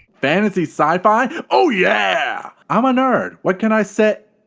fantasy sci fi. oh yeah! i'm a nerd what can i say,